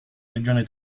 regione